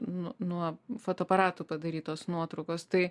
nuo fotoaparato padarytos nuotraukos tai